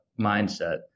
mindset